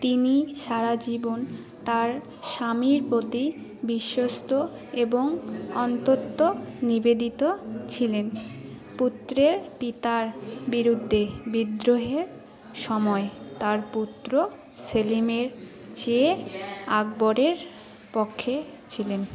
তিনি সারা জীবন তাঁর স্বামীর প্রতি বিশ্বস্ত এবং অন্তত নিবেদিত ছিলেন পুত্রের পিতার বিরুদ্ধে বিদ্রোহের সময় তাঁর পুত্র সেলিমের চেয়ে আকবরের পক্ষে ছিলেন